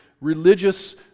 religious